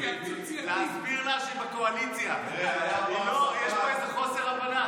טלי, קואליציה לא עושה פיליבסטר לעצמה.